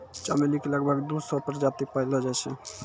चमेली के लगभग दू सौ प्रजाति पैएलो जाय छै